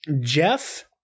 Jeff